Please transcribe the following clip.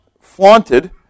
flaunted